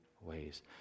ways